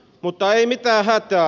mutta ei mitään hätää